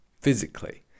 physically